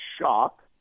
shock